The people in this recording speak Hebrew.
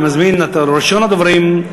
אני מזמין את ראשון הדוברים,